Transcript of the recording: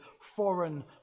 foreign